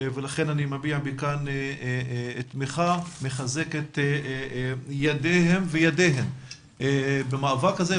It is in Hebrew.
ולכן אני מביע מכאן תמיכה ומחזק את ידיהם וידיהן במאבק הזה.